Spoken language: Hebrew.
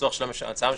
בהצעה הממשלתית,